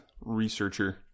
researcher